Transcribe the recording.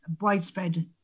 widespread